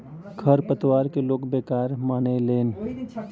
खर पतवार के लोग बेकार मानेले